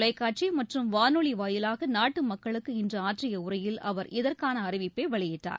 தொலைக்காட்சி மற்றும் வானொலி வாயிலாக நாட்டு மக்களுக்கு இன்று ஆற்றிய உரையில் அவர் இதற்கான அறிவிப்பை வெளியிட்டார்